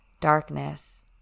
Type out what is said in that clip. darkness